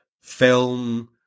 film